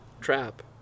trap